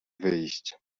wyjść